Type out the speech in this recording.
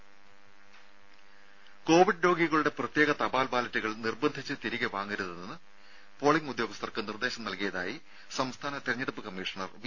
രും കോവിഡ് രോഗികളുടെ പ്രത്യേക തപാൽ ബാലറ്റുകൾ നിർബന്ധിച്ച് തിരികെ വാങ്ങരുതെന്ന് പോളിംഗ് ഉദ്യോഗസ്ഥർക്ക് നിർദ്ദേശം നൽകിയതായി സംസ്ഥാന തെരഞ്ഞെടുപ്പ് കമ്മീഷണർ വി